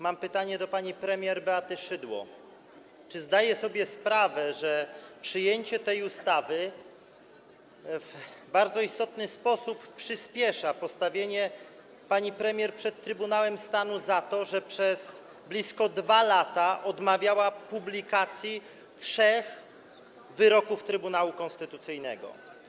Mam pytanie do pani premier Beaty Szydło, czy zdaje sobie sprawę, że przyjęcie tej ustawy w bardzo istotny sposób przyspiesza postawienie pani premier przed Trybunałem Stanu za to, że przez blisko 2 lata odmawiała publikacji trzech wyroków Trybunału Konstytucyjnego.